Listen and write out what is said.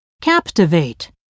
captivate